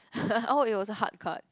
oh it was a hard card